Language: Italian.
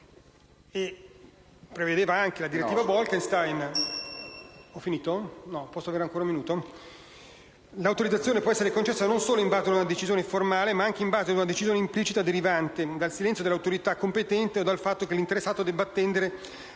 prevedeva anche che l'autorizzazione possa essere concessa non solo in base a una decisione formale, ma anche in base ad una decisione implicita, derivante dal silenzio dell'autorità competente o dal fatto che l'interessato debba attendere